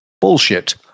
Bullshit